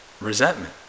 resentment